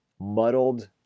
muddled